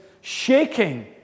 shaking